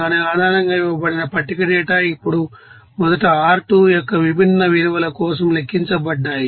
దాని ఆధారంగా ఇవ్వబడిన పట్టిక డేటా ఇప్పుడు మొదట R2 యొక్క విభిన్న విలువల కోసం లెక్కించబడ్డాయి